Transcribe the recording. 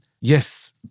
yes